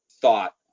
thought